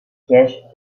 siège